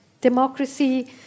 democracy